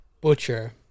Butcher